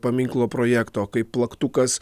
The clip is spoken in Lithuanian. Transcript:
paminklo projekto kaip plaktukas